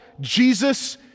Jesus